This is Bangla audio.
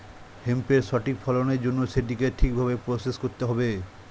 হেম্পের সঠিক ফলনের জন্য সেটিকে ঠিক ভাবে প্রসেস করতে হবে